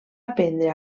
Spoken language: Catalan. aprendre